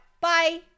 bye